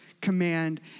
command